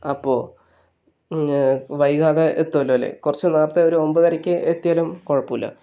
അപ്പോൾ വൈകാതെ എത്തുമല്ലോ അല്ലേ കുറച്ച് നേരത്തെ ഒരു ഒൻപതരയ്ക്ക് എത്തിയാലും കുഴപ്പമില്ല